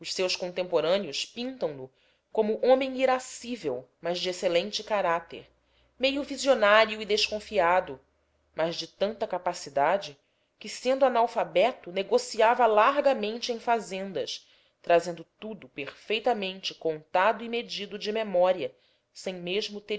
seus contemporâneos pintam no como homem irascível mas de excelente caráter meio visionário e desconfiado mas de tanta capacidade que sendo analfabeto negociava largamente em fazendas trazendo tudo perfeitamente contado e medido de memória sem mesmo